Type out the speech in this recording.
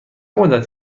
مدت